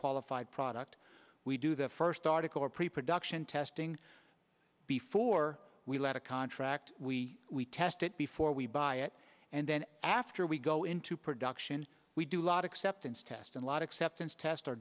qualified product we do the first article or preproduction testing before we let a contract we we test it before we buy it and then after we go into production we do a lot of acceptance tests and a lot except since tests are